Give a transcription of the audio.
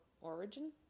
Origin